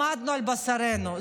למדנו על בשרנו,